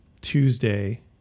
Tuesday